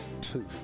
two